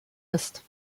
ist